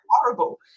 horrible